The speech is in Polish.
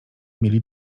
mieli